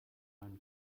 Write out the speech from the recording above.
meine